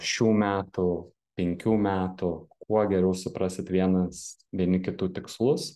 šių metų penkių metų kuo geriau suprasit vienas vieni kitų tikslus